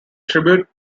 tribute